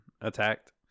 attacked